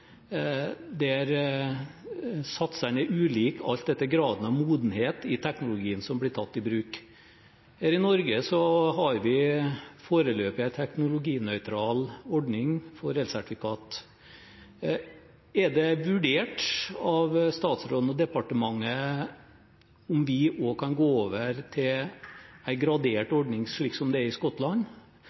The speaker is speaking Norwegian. der satsene er ulike, alt etter graden av modenhet i teknologien som blir tatt i bruk. Her i Norge har vi foreløpig en teknologinøytral ordning for elsertifikat. Er det vurdert av statsråden og departementet om vi også kan gå over til en gradert ordning slik som det er i Skottland,